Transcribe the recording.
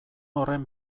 horren